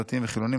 דתיים וחילונים,